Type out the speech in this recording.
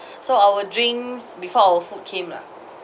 so our drinks before our food came lah